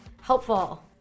helpful